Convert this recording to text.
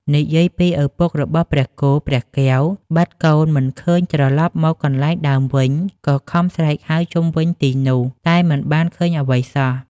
និយាយពីឪពុករបស់ព្រះគោ ព្រះកែវ បាត់កូនមិនឃើញត្រឡប់មកកន្លែងដើមវិញ ក៏ខំស្រែកហៅជុំវិញទីនោះ តែមិនបានឃើញអ្វីសោះ។